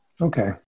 Okay